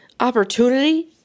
Opportunity